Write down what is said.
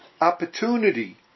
opportunity